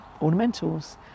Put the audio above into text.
ornamentals